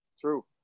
true